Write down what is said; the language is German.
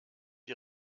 die